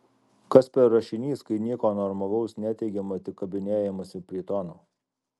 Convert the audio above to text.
kas per rašinys kai nieko normalaus neteigiama tik kabinėjamasi prie tono